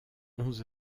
onze